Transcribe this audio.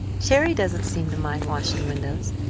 cherry doesn't seem to mind washing windows.